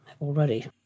already